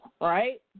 right